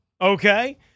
Okay